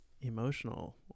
emotional